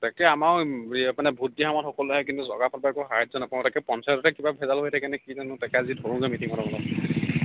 তাকেই আমাৰো ভোট দিয়া সময়ত সকলো আহে কিন্তু চৰকাৰৰ ফালৰ পৰা একো সাহাৰ্য্য নাপাওঁ তাকে পঞ্চায়ততে কিবা ভেজাল হৈ থাকে নে কি জানো তাকে আজি ধৰোগৈ মিটিঙখনত অলপ